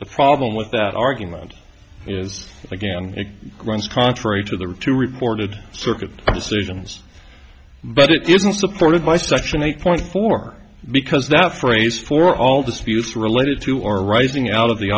the problem with that argument is again and runs contrary to the route to reported circuit decisions but it isn't supported by section eight point four because that phrase for all disputes related to or arising out of the